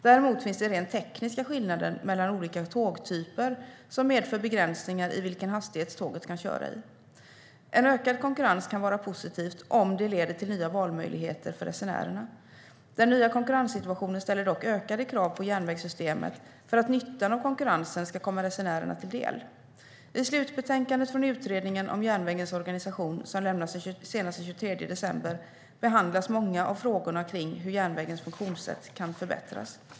Däremot finns det tekniska skillnader mellan olika tågtyper som medför begränsningar i vilken hastighet tåget kan köras. En ökad konkurrens kan vara positiv om det leder till nya valmöjligheter för resenärerna. Den nya konkurrenssituationen ställer dock ökade krav på järnvägssystemet för att nyttan av konkurrensen ska komma resenärerna till del. I slutbetänkandet från Utredningen om järnvägens organisation, som lämnas senast den 23 december, behandlas många av frågorna kring hur järnvägens funktionssätt kan förbättras.